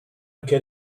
anche